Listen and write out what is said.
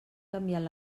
canviant